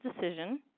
decision